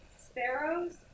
sparrows